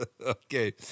okay